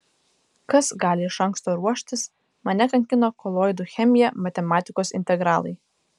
kas gali iš anksto ruoštis mane kankino koloidų chemija matematikos integralai